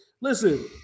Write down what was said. listen